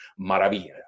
maravilla